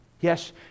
Yes